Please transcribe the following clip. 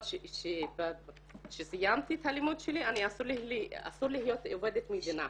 אבל כשסיימתי את הלימודים שלי אסור לי להיות עובדת מדינה.